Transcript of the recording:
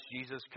Jesus